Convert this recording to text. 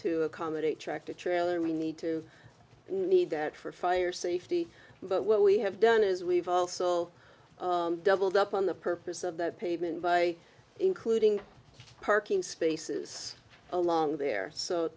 o accommodate a tractor trailer and we need to need that for fire safety but what we have done is we've doubled up on the purpose of the pavement by including parking spaces along there so